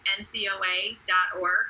NCOA.org